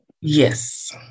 Yes